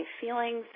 feeling